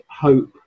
hope